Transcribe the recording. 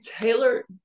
Taylor